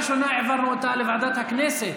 שתקבע ועדת הכנסת.